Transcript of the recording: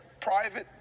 private